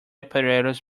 apparatus